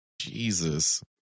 Jesus